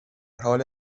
حال